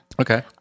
Okay